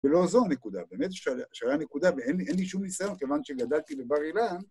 ולא זו הנקודה, באמת שהיה נקודה, ואין לי שום ניסיון כיוון שגדלתי בבר אילן.